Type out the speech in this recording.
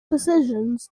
physicians